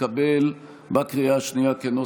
התקבל בקריאה השנייה.